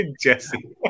Jesse